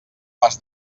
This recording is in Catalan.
les